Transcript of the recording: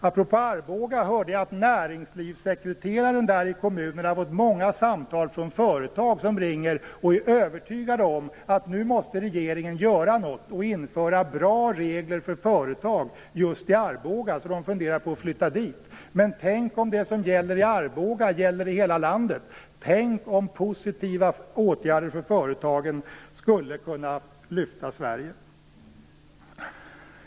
Apropå Arboga hörde jag att näringslivssekreteraren i kommunen hade fått många samtal från företag som är övertygade om att regeringen nu måste göra något och införa bra regler för företag just i Arboga. Därför funderar de på att flytta dit. Men tänk om det som gäller i Arboga gäller i hela landet! Tänk om positiva åtgärder för företagen skulle kunna lyfta Sverige!